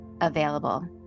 available